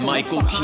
Michael